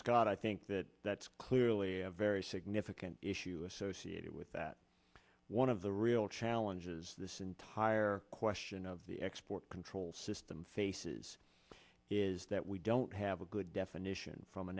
scott i think that that's clearly a very significant issue associated with that one of the real challenges this entire question of the export control system faces is that we don't have a good definition from a